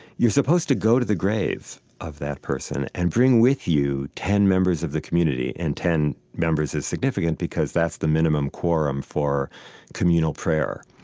you're supposed to go to the grave of that person, and bring with you ten members of the community. and ten members is significant because that's the minimum quorum for communal prayer,